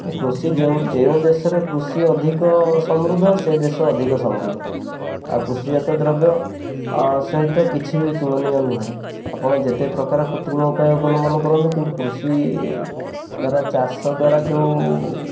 କୃଷି ଯେଉ ଯେଉଁ ଦେଶରେ କୃଷି ଅଧିକ ସମୃଦ୍ଧ ସେ ଦେଶ ଅଧିକ ସମୃଦ୍ଧ ଆଉ କୃଷିଜାତୀୟ ଦ୍ରବ୍ୟ ସହିତ କିଛି ବି ତୁଳନୀୟ ନୁହେଁ ଆପଣ ଯେତେ ପ୍ରକାର କୃତିବମ ଉପାୟ ଉପବଲମ୍ବନ କରନ୍ତୁ କିନ୍ତୁ କୃଷି ଦ୍ୱାରା ଚାଷ ଦ୍ୱାରା ଯୋଉ